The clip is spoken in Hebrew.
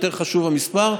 יותר חשוב המספר.